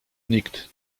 nikt